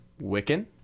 Wiccan